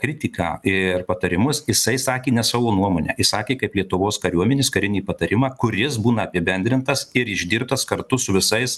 kritiką ir patarimus jisai sakė ne savo nuomonę jis sakė kaip lietuvos kariuomenės karinį patarimą kuris būna apibendrintas ir išdirbtas kartu su visais